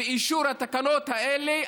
באישור התקנות האלה,